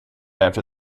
after